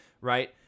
right